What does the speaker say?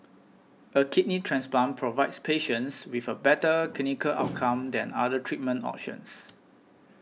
a kidney transplant provides patients with a better clinical outcome than other treatment options